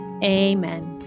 Amen